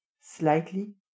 slightly